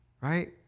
right